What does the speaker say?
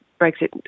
Brexit